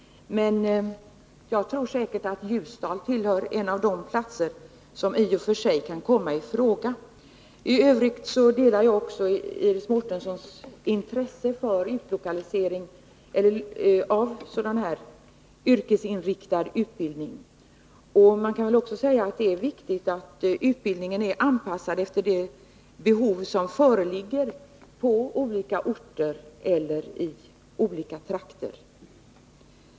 Ljusdal torde tillhöra de platser som i och för sig kan komma i fråga. I övrigt delar jag Iris Mårtenssons intresse för utlokalisering av sådan här yrkesinriktad utbildning. Det är viktigt att utbildningen är anpassad till de behov som föreligger på olika orter eller i olika trakter.